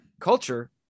culture